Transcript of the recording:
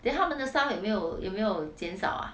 then 他们的 staff 有没有有没有减少 ah